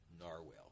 narwhal